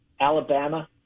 Alabama